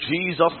Jesus